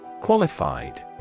Qualified